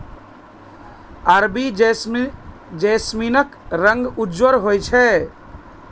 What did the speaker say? अरबी जैस्मीनक रंग उज्जर होइ छै